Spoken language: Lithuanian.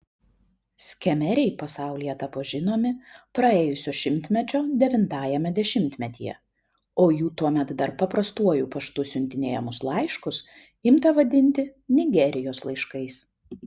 skemeriai pasaulyje tapo žinomi praėjusio šimtmečio devintajame dešimtmetyje o jų tuomet dar paprastuoju paštu siuntinėjamus laiškus imta vadinti nigerijos laiškais